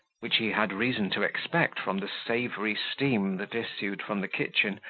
which he had reason to expect from the savoury steam that issued from the kitchen,